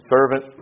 Servant